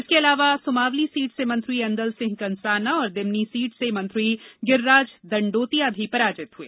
इसके अलावा सुमावली सीट से मंत्री एंदल सिंह कंसाना और दिमनी सीट से मंत्री गिर्राज दंडोतिया भी पराजित हुए